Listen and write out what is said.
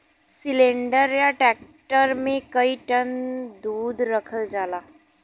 cylinder या tanker मे कई टन दूध रखल जाला